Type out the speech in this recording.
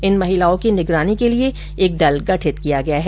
इन महिलाओं की निगरानी के लिए एक दल गठित किया गया है